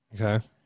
Okay